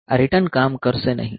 આ રીટર્ન કામ કરશે નહીં